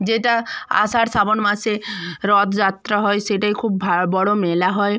যেটা আষাঢ় শাবণ মাসে রথযাত্রা হয় সেটাই খুব ভা বড়ো মেলা হয়